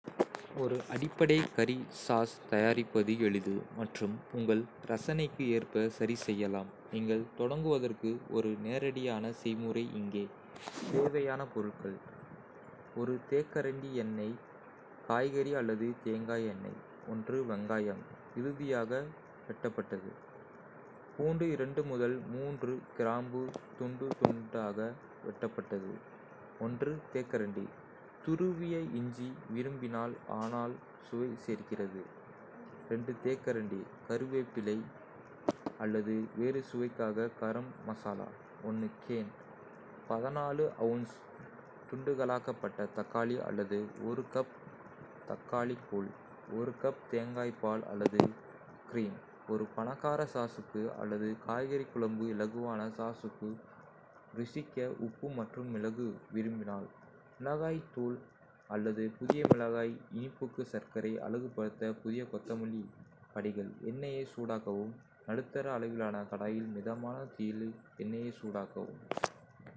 ஒரு அடிப்படை கறி சாஸ் தயாரிப்பது எளிது மற்றும் உங்கள் ரசனைக்கு ஏற்ப சரிசெய்யலாம்! நீங்கள் தொடங்குவதற்கு ஒரு நேரடியான செய்முறை இங்கே. தேவையான பொருட்கள். தேக்கரண்டி எண்ணெய் காய்கறி அல்லது தேங்காய் எண்ணெய். வெங்காயம், இறுதியாக வெட்டப்பட்டது. பூண்ட கிராம்பு, துண்டு துண்தாக வெட்டப்பட்டது. தேக்கரண்டி துருவிய இஞ்சி விரும்பினால் ஆனால் சுவை சேர்க்கிறது. தேக்கரண்டி கறிவேப்பிலை அல்லது வேறு சுவைக்காக கரம் மசாலா. கேன் அவுன்ஸ்துண்டுகளாக்கப்பட்ட தக்காளி அல்லது 1 கப் தக்காளி கூழ். கப் தேங்காய் பால் அல்லது கிரீம் ஒரு பணக்கார சாஸுக்கு அல்லது காய்கறி குழம்பு இலகுவான சாஸுக்கு ருசிக்க உப்பு மற்றும் மிளகு. விரும்பினால்: மிளகாய் தூள் அல்லது புதிய மிளகாய், இனிப்புக்கு சர்க்கரை, அழகுபடுத்த புதிய கொத்தமல்லி படிகள். நடுத்தர அளவிலான கடாயில், மிதமான தீயில் எண்ணெயை சூடாக்கவும்.